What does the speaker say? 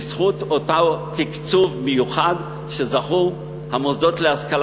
בזכות אותו תקצוב מיוחד שזכו לו המוסדות להשכלה